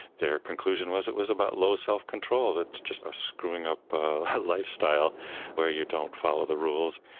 their conclusion was it was about low self-control, that is just screwing up lifestyle where you don't follow the rules.